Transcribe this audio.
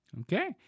Okay